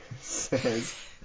says